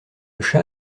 chat